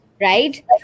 Right